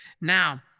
Now